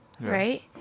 Right